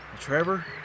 Trevor